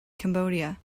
cambodia